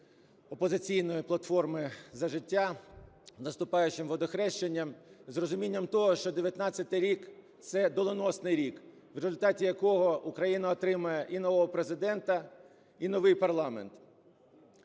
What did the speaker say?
"Опозиційної платформи – За життя" з наступаючим Водохрещенням, з розумінням того, що 19-й рік – це доленосний рік, у результаті якого Україна отримає і нового Президента, і новий парламент.